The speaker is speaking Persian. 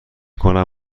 کنم